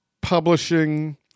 publishing